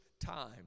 time